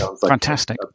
fantastic